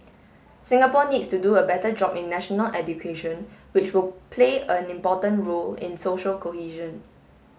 Singapore needs to do a better job in national education which will play an important role in social cohesion